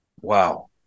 Wow